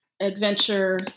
adventure